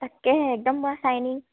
তাকেহে একদম পূৰা চাইনিং